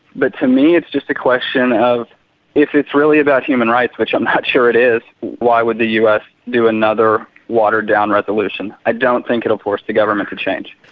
but to me it's just a question of if it's really about human rights, which i'm not sure it is, why would the us do another watered-down resolution. i don't think it will force the government to change.